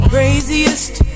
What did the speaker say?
Craziest